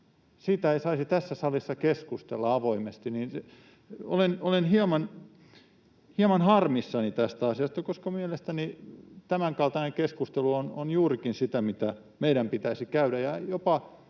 siitä ei saisi tässä salissa keskustella avoimesti. Olen hieman harmissani tästä asiasta, koska mielestäni tämänkaltainen keskustelu on juurikin sitä, mitä meidän pitäisi käydä.